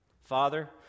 Father